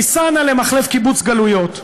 ייסע נא למחלף קיבוץ-גלויות.